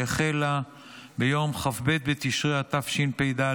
שהחלה ביום כ"ב בתשרי התשפ"ד,